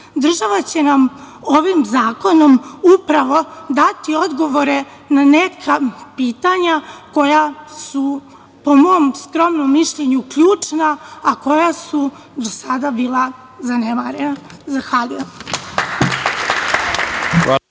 Država će nam ovim zakonom upravo dati odgovore na neka pitanja koja su, po mom skromnom mišljenju, ključna, a koja su do sada bila zanemarena. Zahvaljujem.